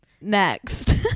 Next